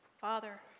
Father